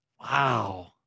Wow